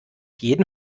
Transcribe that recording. jeden